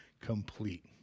complete